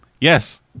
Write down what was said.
Yes